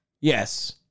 Yes